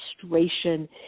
frustration